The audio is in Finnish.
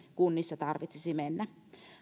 kunnissa tarvitsisi mennä laajamittaisiin lomautuksiin